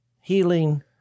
healing